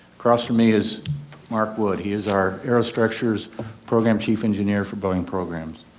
across from me is mark wood, he is our aerostructure's program chief engineer for boeing programs.